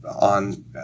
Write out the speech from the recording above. on